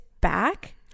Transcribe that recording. back